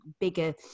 bigger